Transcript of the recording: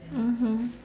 mmhmm